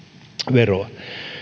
veroa